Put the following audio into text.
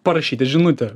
parašyti žinutę